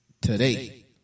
Today